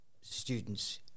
students